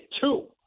two